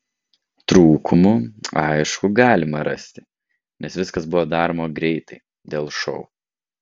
trūkumų aišku galima rasti nes viskas buvo daroma greitai dėl šou